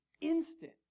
instant